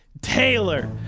Taylor